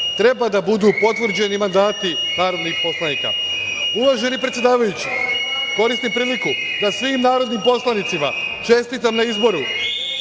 treba da budu potvrđeni mandati narodnih poslanika. Uvaženi predsedavajući, koristim priliku da svim narodnim poslanicima čestitam na izboru